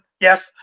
Yes